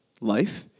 life